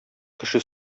кеше